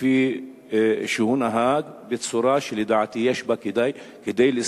כפי שהוא נהג, בצורה שלדעתי יש בה כדי לסכן